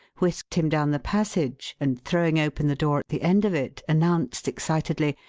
whisked him down the passage, and throwing open the door at the end of it, announced excitedly,